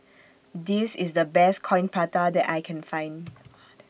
This IS The Best Coin Prata that I Can Find